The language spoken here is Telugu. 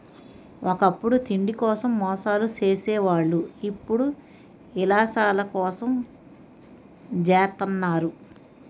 ఒకప్పుడు తిండి కోసం మోసాలు సేసే వాళ్ళు ఇప్పుడు యిలాసాల కోసం జెత్తన్నారు